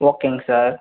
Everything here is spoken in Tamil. ஓகேங்க சார்